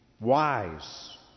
wise